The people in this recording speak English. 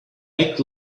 act